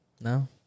no